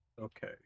Okay